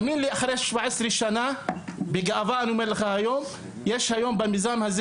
היום אני אומר לך, שיש במיזם הזה